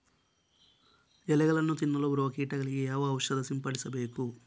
ಎಲೆಗಳನ್ನು ತಿನ್ನಲು ಬರುವ ಕೀಟಗಳಿಗೆ ಯಾವ ಔಷಧ ಸಿಂಪಡಿಸಬೇಕು?